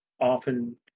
often